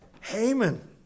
Haman